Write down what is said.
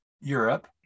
europe